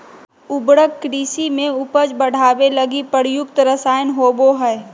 उर्वरक कृषि में उपज बढ़ावे लगी प्रयुक्त रसायन होबो हइ